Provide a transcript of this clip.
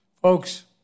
Folks